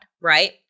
right